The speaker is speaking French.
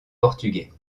portugais